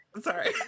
Sorry